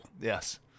Yes